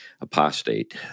apostate